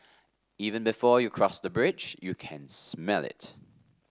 even before you cross the bridge you can smell it